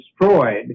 destroyed